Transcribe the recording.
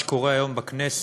אבל מה שקורה היום בכנסת,